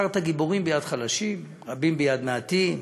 מסרת גיבורים ביד חלשים, רבים ביד מעטים,